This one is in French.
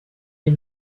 les